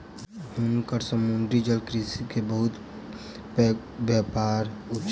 हुनकर समुद्री जलकृषि के बहुत पैघ व्यापार छल